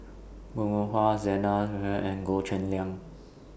Bong Hiong Hwa Zena and Goh Cheng Liang